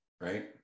right